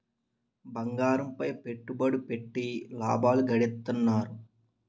బంగారంపై పెట్టుబడులెట్టి లాభాలు గడిత్తన్నారు